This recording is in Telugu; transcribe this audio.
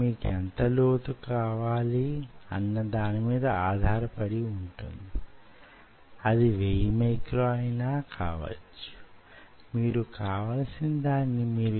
మీకు నేను చెప్పినదల్లా యేమంటే ఎక్కడైనా వంపు తిరిగితే ఆ వంపును కొలవగలరా అన్నది మాత్రమే